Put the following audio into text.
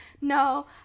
no